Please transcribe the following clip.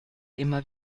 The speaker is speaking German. immer